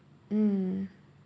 mm